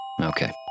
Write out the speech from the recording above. Okay